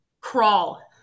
crawl